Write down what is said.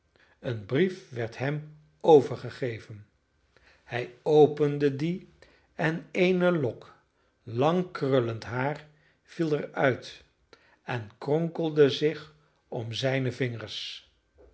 een brief werd hem overgegeven hij opende dien en eene lok lang krullend haar viel er uit en kronkelde zich om zijne vingers